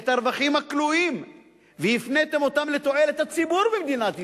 את הרווחים הכלואים והפניתם אותם לתועלת הציבור במדינת ישראל.